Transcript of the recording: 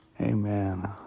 amen